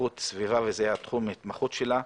איכות סביבה וזה תחום ההתמחות שלה.